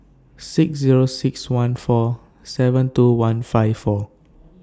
six Zero six one four seven two one five four